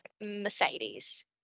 Mercedes